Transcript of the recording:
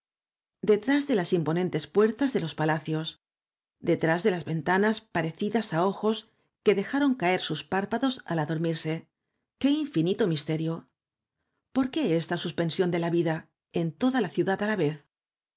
detrás de las imponentes puertas de l los palacios detrás de las ventanas parecidas á ojos que dejaron caer sus párpados al adormirse qué infinito de misterio por qué esta suspensión de la vida en toda la ciudad á la vez